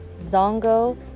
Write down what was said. Zongo